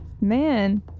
man